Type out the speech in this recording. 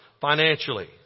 financially